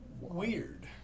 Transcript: Weird